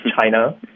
China